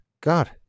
God